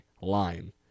Line